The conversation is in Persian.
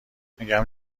میگم